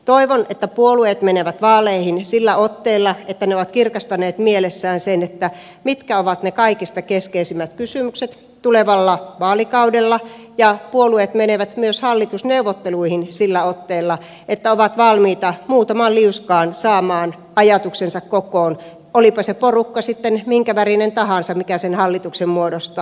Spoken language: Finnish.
toivon että puolueet menevät vaaleihin sillä otteella että ne ovat kirkastaneet mielessään sen mitkä ovat ne kaikista keskeisimmät kysymykset tulevalla vaalikaudella ja puolueet menevät myös hallitusneuvotteluihin sillä otteella että ovat valmiita muutamaan liuskaan saamaan ajatuksensa kokoon olipa sitten minkävärinen tahansa se porukka mikä sen hallituksen muodostaa